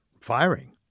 firing